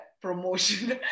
promotion